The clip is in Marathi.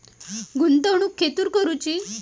गुंतवणुक खेतुर करूची?